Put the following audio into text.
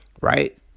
Right